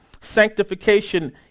Sanctification